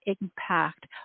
impact